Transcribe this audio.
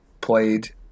played –